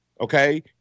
okay